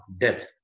death